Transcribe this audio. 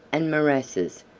and morasses,